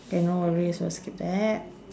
okay no worries we'll skip that